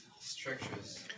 structures